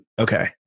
Okay